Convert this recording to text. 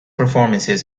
performances